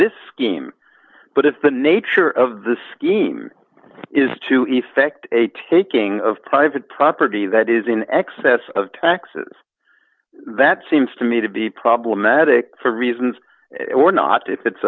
this scheme but if the nature of the scheme is to effect a taking of private property that is in excess of taxes that seems to me to be problematic for reasons or not if it's